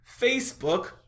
Facebook